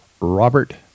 Robert